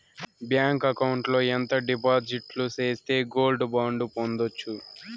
Bank account లో ఎంత డిపాజిట్లు సేస్తే గోల్డ్ బాండు పొందొచ్చు?